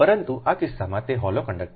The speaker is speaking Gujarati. પરંતુ આ કિસ્સામાં તે હોલો કંડક્ટર છે